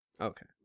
Okay